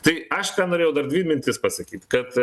tai aš ką norėjau dar dvi mintis pasakyt kad